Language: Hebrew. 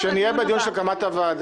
בדיון הבא.